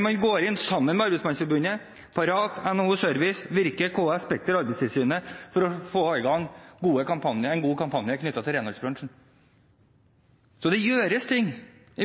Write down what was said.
man går inn sammen med Arbeidsmandsforbundet, Parat, NHO Service, Virke, KS, Spekter og Arbeidstilsynet, for å få i gang en god kampanje knyttet til renholdsbransjen. Så det gjøres ting